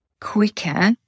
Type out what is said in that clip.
quicker